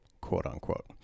quote-unquote